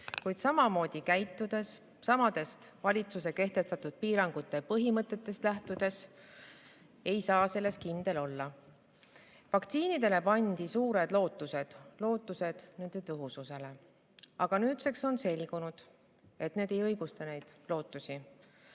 kuid samamoodi käitudes, samadest valitsuse kehtestatud piirangute põhimõtetest lähtudes ei saa selles kindel olla. Vaktsiinidele pandi suured lootused, lootused nende tõhususele, aga nüüdseks on selgunud, et need ei ole õigustanud neid lootusi.